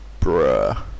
bruh